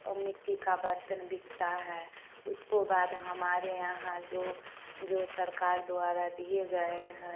और मिट्टी का बर्तन बिकता है उसको बाद हमारे यहाँ जो जो सरकार द्वारा दिए गए हैं